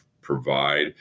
provide